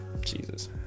Jesus